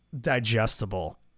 digestible